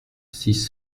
six